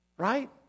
right